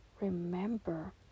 remember